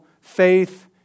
faith